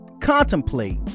contemplate